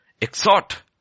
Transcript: exhort